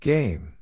Game